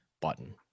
button